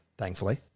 Thankfully